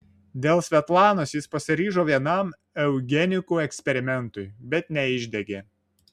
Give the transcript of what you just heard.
dėl svetlanos jis pasiryžo vienam eugenikų eksperimentui bet neišdegė